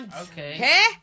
okay